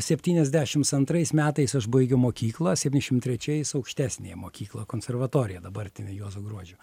septyniasdešims antrais metais aš baigiau mokyklą septyniasdešimt trečiais aukštesniąją mokyklą konservatoriją dabartinę juozo gruodžio